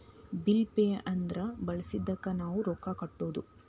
bill pay ಅಂದ್ರ ಬಳಸಿದ್ದಕ್ಕ್ ನಾವ್ ರೊಕ್ಕಾ ಕಟ್ಟೋದು